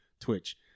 Twitch